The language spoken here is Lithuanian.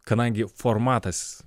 kadangi formatas